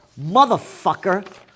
motherfucker